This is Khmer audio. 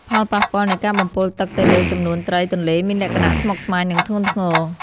ផលប៉ះពាល់នៃការបំពុលទឹកទៅលើចំនួនត្រីទន្លេមានលក្ខណៈស្មុគស្មាញ និងធ្ងន់ធ្ងរ។